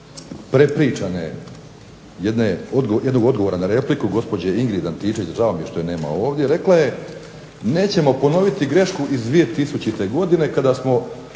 prepričane jednog odgovora na repliku gospođe Ingrid Antičević, žao mi je da je nema ovdje, rekla je nećemo ponoviti grešku iz 2000. godine kada smo